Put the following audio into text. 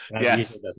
Yes